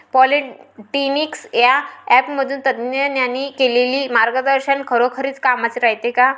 Plantix या ॲपमधील तज्ज्ञांनी केलेली मार्गदर्शन खरोखरीच कामाचं रायते का?